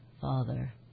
Father